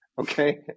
okay